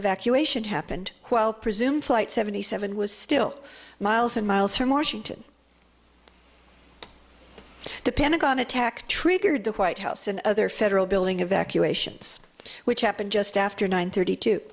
evacuation happened while presume flight seventy seven was still miles and miles from washington the pentagon attack triggered the white house and other federal building evacuations which happened just after nine thirty t